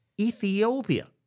Ethiopia